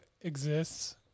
exists